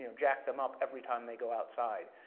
jack them up every time they go outside.